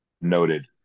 Noted